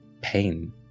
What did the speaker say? pain